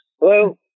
hello